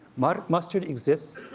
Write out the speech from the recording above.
but mustard exists,